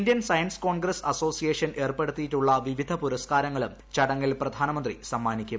Indian Science Congress Association ഏർപ്പെടുത്തിയിട്ടുള്ള വിവിധ പുരസ്കാരങ്ങളും ചടങ്ങിൽ പ്രധാനമന്ത്രി സമ്മാനിക്കും